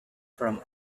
from